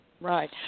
Right